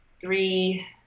three